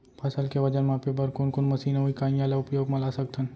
फसल के वजन मापे बर कोन कोन मशीन अऊ इकाइयां ला उपयोग मा ला सकथन?